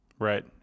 right